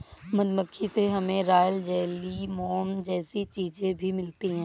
मधुमक्खी से हमे रॉयल जेली, मोम जैसी चीजे भी मिलती है